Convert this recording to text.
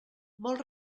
molt